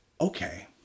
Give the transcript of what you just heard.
okay